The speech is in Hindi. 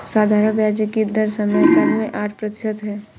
साधारण ब्याज की दर समयकाल में आठ प्रतिशत है